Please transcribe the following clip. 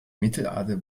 mittelalter